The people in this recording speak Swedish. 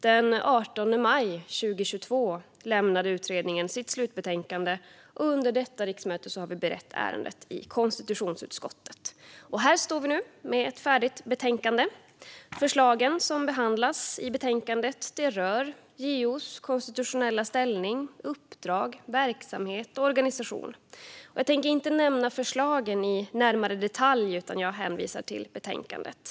Den 18 maj 2022 lämnade utredningen sitt slutbetänkande, och under detta riksmöte har vi berett ärendet i konstitutionsutskottet. Här står vi nu med ett färdigt betänkande. De förslag som behandlas i betänkandet rör JO:s konstitutionella ställning, uppdrag, verksamhet och organisation. Jag tänker inte återge förslagen i detalj utan hänvisar till betänkandet.